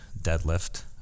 deadlift